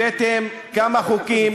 הבאתם כמה חוקים.